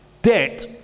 Debt